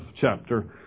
chapter